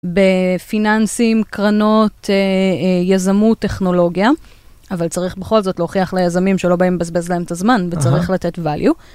בפיננסים, קרנות אה.. אה.. יזמות, טכנולוגיה. אבל צריך בכל זאת להוכיח ליזמים שלא באים לבזבז להם את הזמן, וצריך לתת value.